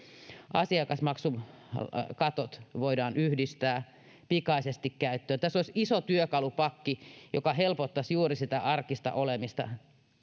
asiakasmaksukatot voidaan yhdistää pikaisesti käyttöön tässä olisi iso työkalupakki joka helpottaisi juuri sitä arkista olemista